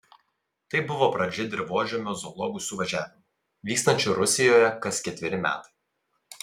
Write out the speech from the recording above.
tai buvo pradžia dirvožemio zoologų suvažiavimų vykstančių rusijoje kas ketveri metai